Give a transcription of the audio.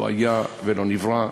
לא היה ולא נברא.